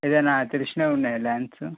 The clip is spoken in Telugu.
ఏదైనా తెలిసినవి ఉన్నాయా ల్యాండ్సు